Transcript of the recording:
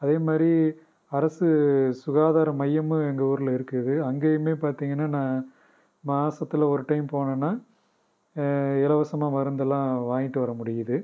அதேமாதிரி அரசு சுகாதார மையமும் எங்கள் ஊரில் இருக்குது அங்கேயுமே பார்த்திங்கன்னா நான் மாசத்தில் ஒரு டைம் போனேனா இலவசமாக மருந்து எல்லாம் வாங்கிட்டு வர முடியிது